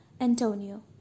Antonio